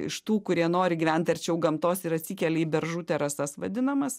iš tų kurie nori gyvent arčiau gamtos ir atsikelia į beržų terasas vadinamas